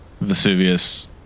Vesuvius